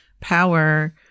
power